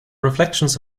reflections